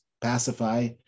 pacify